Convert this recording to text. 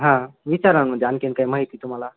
हां विचारा म्हणजे आणखी काही माहिती तुम्हाला